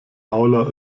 aula